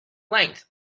length